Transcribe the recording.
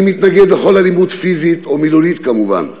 אני מתנגד לכל אלימות, פיזית או מילולית, כמובן,